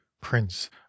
prince